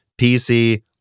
PC